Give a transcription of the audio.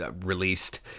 released